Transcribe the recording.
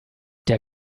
der